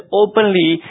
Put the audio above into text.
openly